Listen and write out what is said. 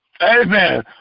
Amen